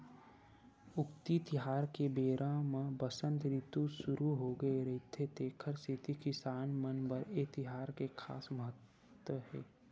उक्ती तिहार के बेरा म बसंत रितु सुरू होगे रहिथे तेखर सेती किसान मन बर ए तिहार के खास महत्ता हे